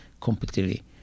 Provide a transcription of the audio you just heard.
completely